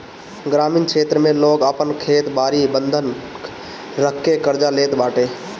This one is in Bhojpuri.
ग्रामीण क्षेत्र में लोग आपन खेत बारी बंधक रखके कर्जा लेत बाटे